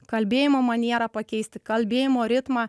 kalbėjimo manierą pakeisti kalbėjimo ritmą